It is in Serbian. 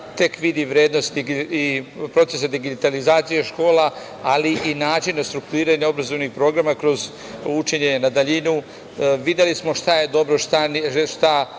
tek vidi vrednost i proces digitalizacije škola, ali i načina strukturiranja obrazovnih programa kroz učenje na daljinu. Videli smo šta je dobro, šta